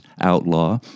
Outlaw